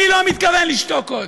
אני לא מתכוון לשתוק עוד.